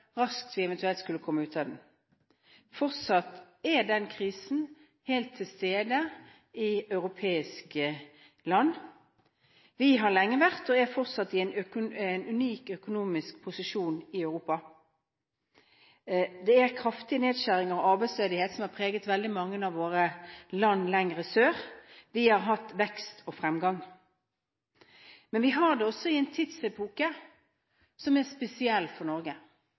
raskt vi eventuelt skulle komme ut av. Fortsatt er den krisen helt til stede i europeiske land. Vi har lenge vært, og er fortsatt, i en unik økonomisk posisjon i Europa. Kraftige nedskjæringer og arbeidsledighet har preget veldig mange av landene lenger sør i Europa. Vi har hatt vekst og fremgang, men vi har hatt det i en tidsepoke som er spesiell for Norge.